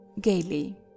Gaily